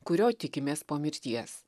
kurio tikimės po mirties